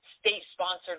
state-sponsored